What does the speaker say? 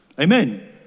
Amen